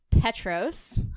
Petros